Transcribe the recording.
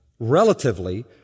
relatively